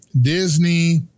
Disney